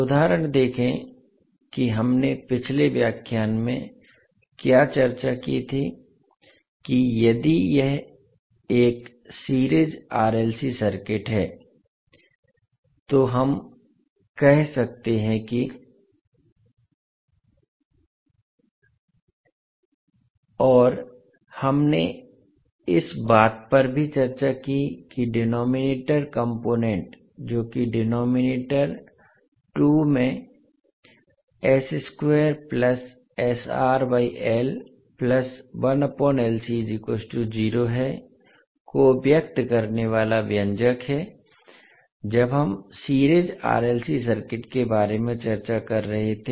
उदाहरण देखें कि हमने पिछले व्याख्यान में क्या चर्चा की थी कि यदि यह एक series R L C circuit है तो हम कह सकते हैं कि और हमने इस बात पर भी चर्चा की कि डिनोमिनेटर कॉम्पोनेन्ट जो कि डिनोमिनेटर 2 में है को व्यक्त करने वाला व्यंजक है जब हम series R L C circuit के बारे में चर्चा कर रहे थे